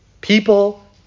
People